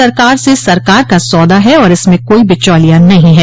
सरकार से सरकार का सौदा है और इसमें कोई बिचौलियां नहीं है